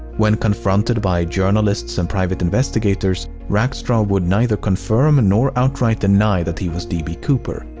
when confronted by journalists and private investigators, rackstraw would neither confirm and nor outright deny that he was d. b. cooper.